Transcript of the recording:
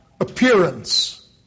appearance